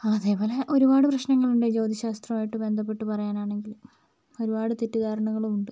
അതേപോലെ ഒരുപാട് പ്രശ്നങ്ങളുണ്ട് ജ്യോതിശാസ്ത്രം ആയിട്ട് ബന്ധപ്പെട്ട് പറയാനാണെങ്കിൽ ഒരുപാട് തെറ്റിദ്ധാരണകളും ഉണ്ട്